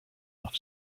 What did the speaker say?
off